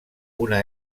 una